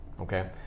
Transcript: Okay